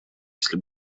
если